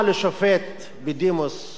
שופט בית-משפט ישראלי,